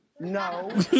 No